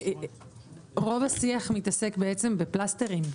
רוב השיח מתעסק בעצם בפלסטרים.